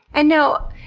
and now,